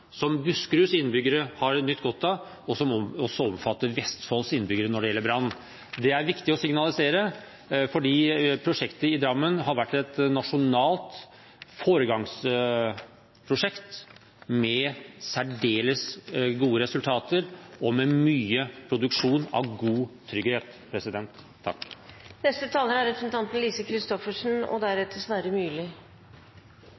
som Buskeruds innbyggere har nytt godt av, og som også omfatter Vestfolds innbyggere når det gjelder brann. Det er viktig å signalisere, fordi prosjektet i Drammen har vært et nasjonalt foregangsprosjekt med særdeles gode resultater og med mye produksjon av god trygghet. Statsråden var inne på det; politikk er